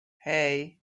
hey